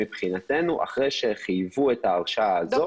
מבחינתנו אחרי שחייבו את ההרשאה הזאת אין תוקף להרשאה.